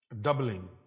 doubling